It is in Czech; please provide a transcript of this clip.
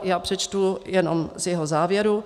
Já přečtu jenom z jeho závěru.